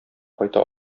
кайта